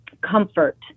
comfort